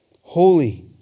holy